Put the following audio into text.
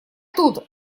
тут